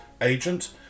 agent